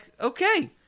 okay